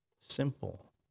Simple